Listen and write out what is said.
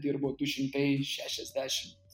dirbo du šimtai šešiasdešimt